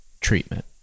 treatment